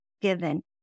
given